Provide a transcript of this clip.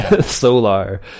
Solar